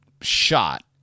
shot